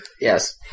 Yes